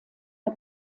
der